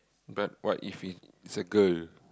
but what if it's a girl